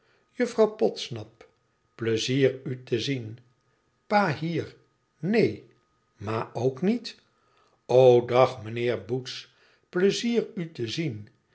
juffrouw podsnap pleizier u te zien pa hier neen ma ook niet o dag mijnheer boots pleizier u te zien